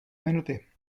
minuty